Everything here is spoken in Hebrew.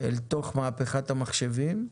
אל תוך מהפכת המחשבים,